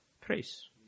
Praise